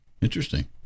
Interesting